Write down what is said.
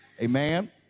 amen